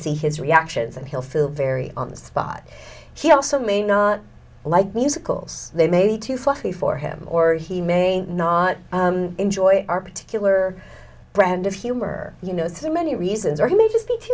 see his reactions and he'll feel very on the spot he also may not like musicals they may be too fluffy for him or he may not enjoy our particular brand of humor you know so many reasons or he may just be too